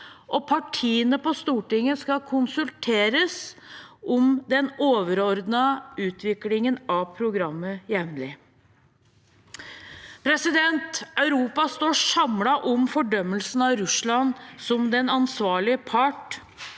og partiene på Stortinget skal jevnlig konsulteres om den overordnede utviklingen av programmet. Europa står samlet om fordømmelsen av Russland som den ansvarlige part.